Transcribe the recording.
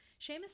Seamus